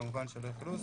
וכמובן של אכלוס,